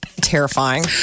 Terrifying